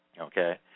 Okay